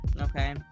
Okay